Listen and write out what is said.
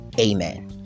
Amen